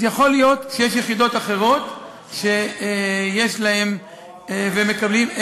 אז יכול להיות שיש יחידות אחרות שיש להן והם מקבלים.